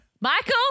Michael